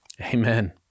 Amen